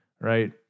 Right